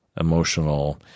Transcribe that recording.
emotional